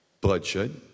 Bloodshed